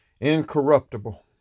Incorruptible